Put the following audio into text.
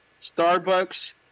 Starbucks